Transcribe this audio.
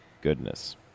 Goodness